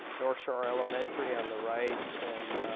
north shore elementary on the right, and